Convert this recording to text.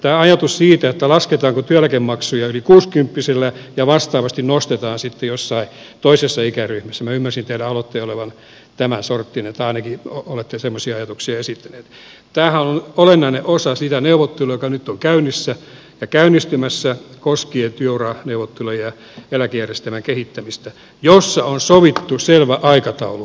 tämä ajatus siitä lasketaanko työeläkemaksuja yli kuusikymppisillä ja vastaavasti nostetaan sitten jossain toisessa ikäryhmässä minä ymmärsin teidän aloitteenne olevan tämän sorttinen tai ainakin olette semmoisia ajatuksia esittäneet tämähän on olennainen osa niitä neuvotteluja jotka nyt ovat käynnissä ja käynnistymässä koskien työuraneuvotteluja ja eläkejärjestelmän kehittämistä joista on sovittu selvä aikataulu miten tässä mennään